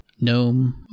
GNOME